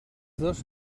dos